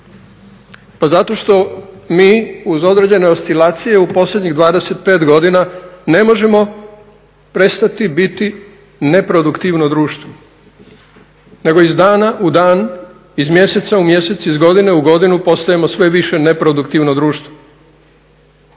Pa zato što mi uz određene oscilacije u posljednjih 25 godina ne možemo prestati biti neproduktivno društvo, nego iz dana u dan, iz mjeseca u mjesec, iz godine u godinu postajemo sve više neproduktivno društvo.